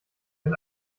des